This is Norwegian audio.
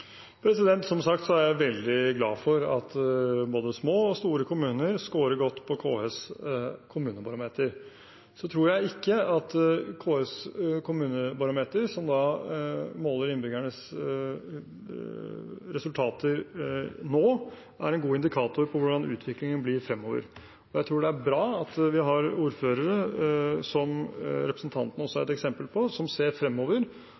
Som sagt er jeg veldig glad for at både små og store kommuner skårer godt på KS’ kommunebarometer. Så tror jeg ikke at KS’ kommunebarometer, som måler innbyggernes resultater nå, er en god indikator for hvordan utviklingen blir fremover. Jeg tror det er bra at vi har ordførere, som representanten er et eksempel på, som ser fremover,